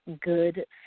good